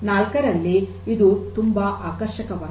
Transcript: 0 ನಲ್ಲಿ ತುಂಬ ಆಕರ್ಷಕವಾದದ್ದು